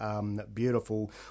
Beautiful